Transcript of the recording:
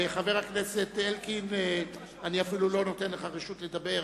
חבר הכנסת אלקין, אני אפילו לא נותן לך רשות לדבר.